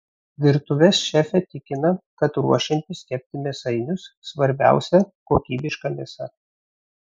virtuvės šefė tikina kad ruošiantis kepti mėsainius svarbiausia kokybiška mėsa